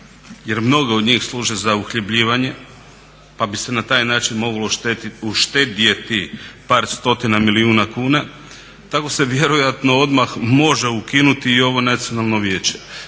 jer mnoge od njih služe za uhljebljivanje pa bi se na taj način moglo uštedjeti par stotina milijuna kuna tako se vjerojatno odmah može ukinuti i ovo Nacionalno vijeće.